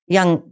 Young